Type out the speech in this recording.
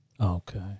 Okay